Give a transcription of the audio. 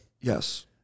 Yes